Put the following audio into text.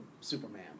Superman